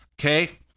Okay